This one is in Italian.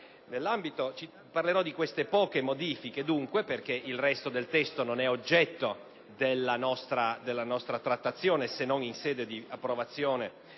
Senato. Parlerò di queste poche modifiche, dunque, perché il resto del testo non è oggetto della nostra trattazione, se non in sede di approvazione